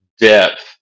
depth